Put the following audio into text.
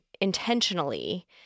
intentionally